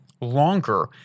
longer